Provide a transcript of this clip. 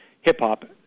hip-hop